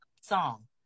song